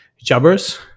Jabbers